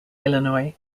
illinois